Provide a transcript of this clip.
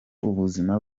ubuzima